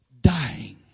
dying